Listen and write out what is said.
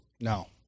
no